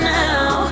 now